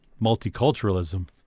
multiculturalism